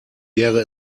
wäre